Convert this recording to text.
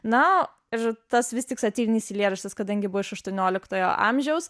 na ir tas vis tik satyrinis eilėraštis kadangi buvo iš aštuonioliktojo amžiaus